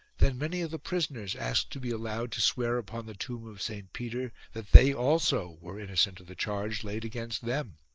then many of the prisoners asked to be allowed to swear upon the tomb of st peter that they also were innocent of the charge laid against them.